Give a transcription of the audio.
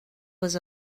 was